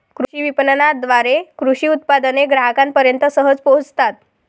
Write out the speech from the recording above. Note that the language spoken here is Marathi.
कृषी विपणनाद्वारे कृषी उत्पादने ग्राहकांपर्यंत सहज पोहोचतात